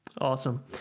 Awesome